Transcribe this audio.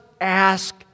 ask